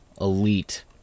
elite